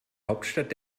hauptstadt